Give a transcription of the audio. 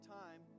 time